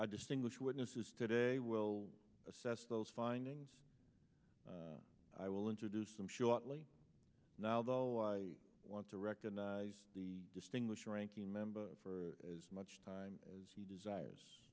i distinguish witnesses today will assess those findings i will introduce them shortly now though i want to recognize the distinguished ranking member for as much time as he desires